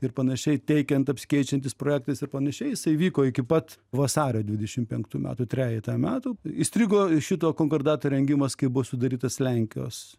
ir panašiai teikiant apsikeičiantys projektais ir panašiais jisai vyko iki pat vasario dvidešim penktų metų trejetą metų įstrigo šito konkordato rengimas kai buvo sudarytas lenkijos